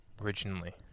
originally